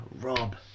Rob